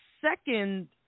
second